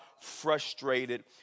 frustrated